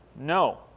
no